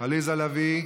עליזה לביא,